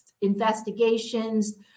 investigations